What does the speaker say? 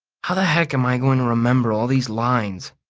how the heck am i going to remember all these lines?